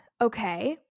Okay